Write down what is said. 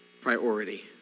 priority